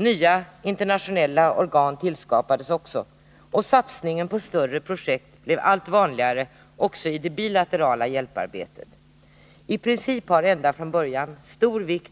Nya internationella organ tillskapades, och satsningen på större projekt blev allt vanligare också i det bilaterala hjälparbetet. I princip har ända från början stor, i